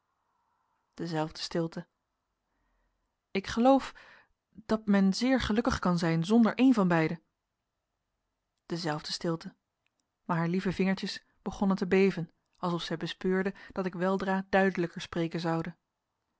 dezelfde stilte ik geloof dat men zeer gelukkig kan zijn zonder een van beide dezelfde stilte maar haar lieve vingertjes begonnen te beven alsof zij bespeurde dat ik weldra duidelijker spreken zoude